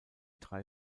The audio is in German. drei